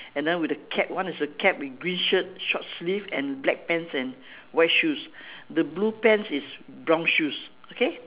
and then with a cap one is a cap with green shirt short sleeve and black pants and white shoes the blue pants is brown shoes okay